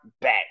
Back